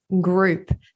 group